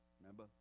remember